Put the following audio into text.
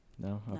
No